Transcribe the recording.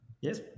yes